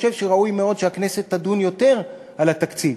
חושב שראוי מאוד שהכנסת תדון יותר על התקציב,